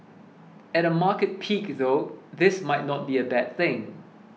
at a market peak though this might not be a bad thing